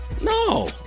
No